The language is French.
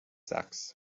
saxe